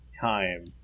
time